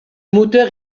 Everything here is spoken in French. moteur